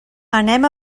anem